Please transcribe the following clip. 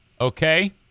Okay